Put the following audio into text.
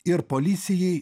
ir policijai